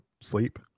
sleep